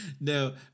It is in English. No